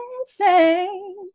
insane